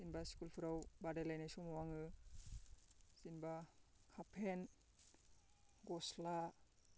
दा स्कुलफोराव बादायलायनाय समाव जेनेबा हाफपेन्ट गस्ला